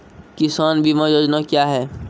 किसान बीमा योजना क्या हैं?